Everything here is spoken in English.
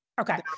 Okay